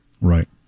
right